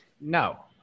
No